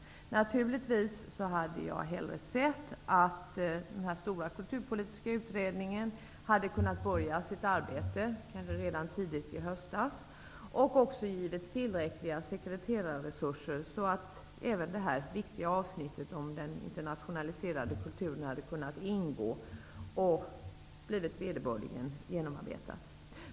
Naturligtvis hade jag hellre sett att denna stora kulturpolitiska utredning hade kunnat börja sitt arbete kanske redan tidigt i höstas och också givits tillräckliga sekreterarresurser, så att även detta viktiga avsnitt om den internationaliserade kulturen hade kunnat ingå och blivit vederbörligen genomarbetat.